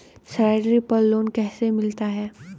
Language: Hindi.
सैलरी पर लोन कैसे मिलता है?